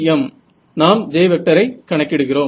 CEM நாம் J ஐ கணக்கிடுகிறோம்